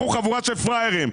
אנחנו חבורה של פראיירים.